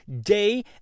day